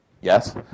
yes